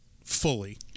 fully